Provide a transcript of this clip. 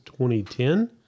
2010